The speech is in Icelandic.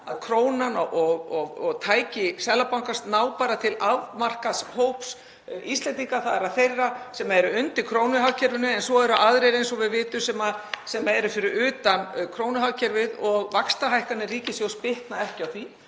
að krónan og tæki Seðlabankans nái bara til afmarkaðs hóps Íslendinga, þ.e. þeirra sem eru undir krónuhagkerfinu en svo eru aðrir eins og við vitum sem eru fyrir utan krónuhagkerfið? Vaxtahækkanir ríkissjóðs bitna ekki á þeim.